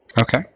Okay